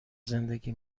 زندگی